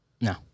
No